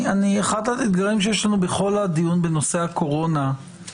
אחד האתגרים שיש לנו בכל הדיון בנושא הקורונה זה